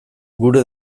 gure